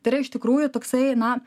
tai yra iš tikrųjų toksai na